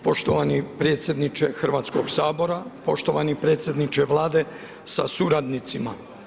Poštovani predsjedniče Hrvatskog sabora, poštovani predsjedniče Vlade sa suradnicima.